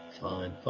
Fine